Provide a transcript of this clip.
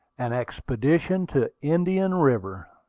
an expedition to indian river.